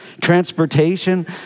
transportation